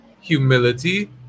Humility